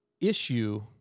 issue